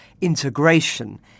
integration